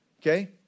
Okay